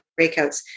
breakouts